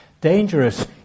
Dangerous